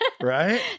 Right